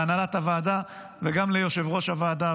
להנהלת הוועדה וגם ליושב-ראש הוועדה,